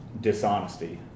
dishonesty